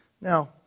Now